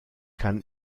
kann